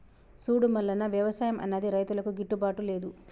సూడు మల్లన్న, వ్యవసాయం అన్నది రైతులకు గిట్టుబాటు లేదు